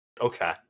Okay